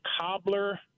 cobbler